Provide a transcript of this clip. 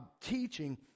teaching